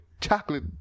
chocolate